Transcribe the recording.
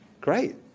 great